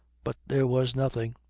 but there was nothing.